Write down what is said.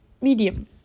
Medium